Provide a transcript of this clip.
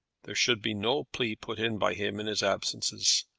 there should be no plea put in by him in his absences,